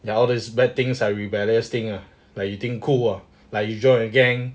ya all the bad things lah rebellious thing lah like you think cool ah like you join a gang